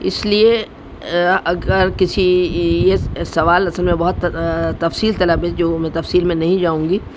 اس لیے اگر کسی یہ سوال اصل میں بہت تفصیل طلب ہے جو میں تفصیل میں نہیں جاؤں گی